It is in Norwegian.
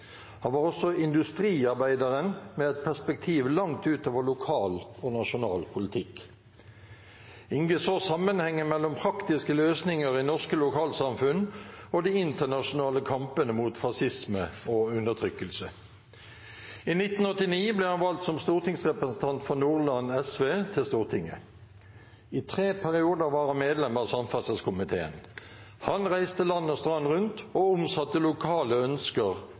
Han var også industriarbeideren med et perspektiv langt utover lokal og nasjonal politikk. Inge så sammenhengen mellom praktiske løsninger i norske lokalsamfunn og de internasjonale kampene mot fascisme og undertrykkelse. I 1989 ble han valgt som stortingsrepresentant for Nordland SV til Stortinget. I tre perioder var han medlem av samferdselskomiteen. Han reiste land og strand rundt og omsatte lokale ønsker